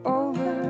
over